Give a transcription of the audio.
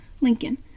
Lincoln